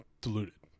diluted